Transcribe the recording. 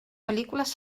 pel·lícules